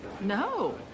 No